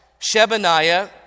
Shebaniah